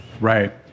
Right